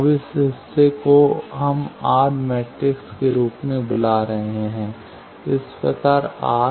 अब इस हिस्से को हम आर मैट्रिक्स के रूप में बुला रहे हैं इस प्रकार आर